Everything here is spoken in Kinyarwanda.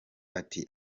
ati